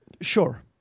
Sure